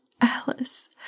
Alice